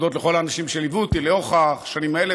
להודות לכל האנשים שליוו אותי לאורך השנים האלה,